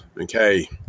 Okay